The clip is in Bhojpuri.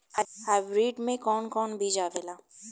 हाइब्रिड में कोवन कोवन बीज आवेला?